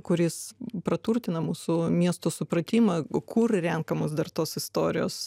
kuris praturtina mūsų miesto supratimą kur renkamos dar tos istorijos